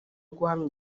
guhamya